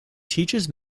teaches